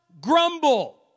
grumble